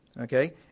Okay